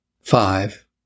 Five